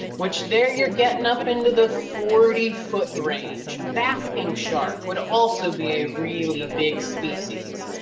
which there you're getting up into the forty foot range. basking shark would also be a really big species,